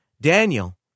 Daniel